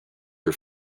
her